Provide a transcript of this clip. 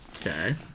Okay